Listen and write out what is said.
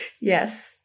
Yes